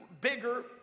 bigger